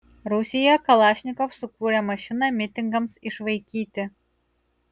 rusijoje kalašnikov sukūrė mašiną mitingams išvaikyti